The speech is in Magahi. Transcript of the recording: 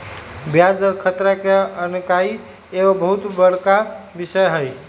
ब्याज दर खतरा के आकनाइ एगो बहुत बड़का विषय हइ